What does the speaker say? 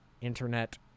internet